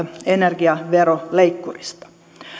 energiaveroleikkurista